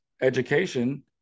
education